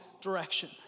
direction